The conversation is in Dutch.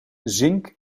zink